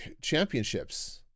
Championships